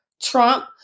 Trump